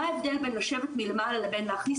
מה ההבדל בין לשבת מלמעלה לבין להכניס